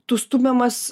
tu stumiamas